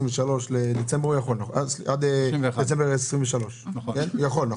עד דצמבר 2023 הוא יכול?